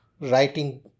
writing